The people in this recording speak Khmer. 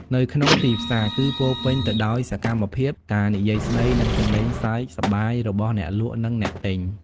នៅក្នុងទីផ្សារ គឺពោរពេញទៅដោយសកម្មភាព ការនិយាយស្តី និងសម្លេងសើចសប្បាយរបស់អ្នកលក់ និងអ្នកទិញ។